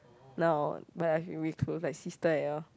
now really close like sister like that orh